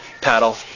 paddle